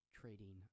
trading